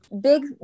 Big